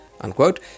Unquote